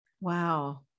wow